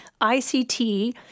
ICT